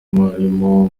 umwarimu